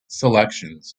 selections